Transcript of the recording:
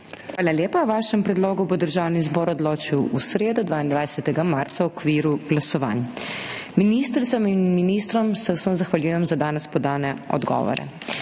Hvala lepa. O vašem predlogu bo Državni zbor odločil v sredo, 22. marca, v okviru glasovanj. Ministricam in ministrom se vsem zahvaljujem za danes podane odgovore.